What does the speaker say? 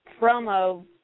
promo